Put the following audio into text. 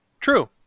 True